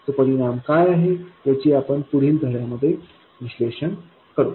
तो परिणाम काय आहे याचे आपण पुढील धड्यांमध्ये विश्लेषण करू